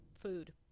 food